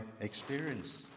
experience